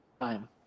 time